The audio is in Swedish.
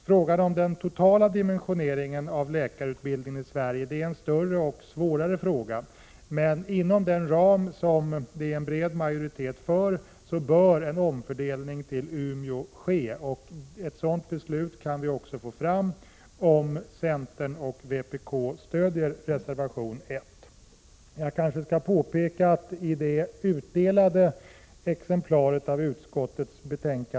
Frågan om den totala dimensioneringen av läkarutbildningen i Sverige är en större och svårare fråga, men inom den ram som det finns en bred majoritet för bör en omfördelning till Umeå ske. Ett sådant beslut kan fattas om centern och vpk stöder reservation 1.